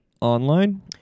online